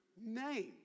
name